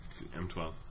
M12